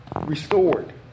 restored